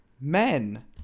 Men